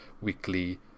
weekly